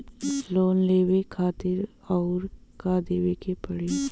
Loan लेवे खातिर अउर का देवे के पड़ी?